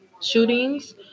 shootings